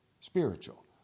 spiritual